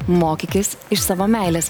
mokykis iš savo meilės